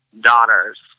daughters